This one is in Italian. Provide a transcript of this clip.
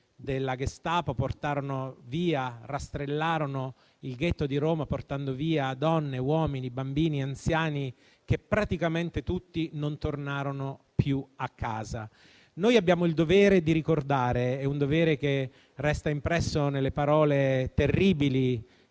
della Gestapo rastrellarono il ghetto di Roma, portando via donne, uomini, bambini e anziani, che praticamente tutti non tornarono più a casa. Noi abbiamo il dovere di ricordare. È un dovere che resta impresso nelle parole terribili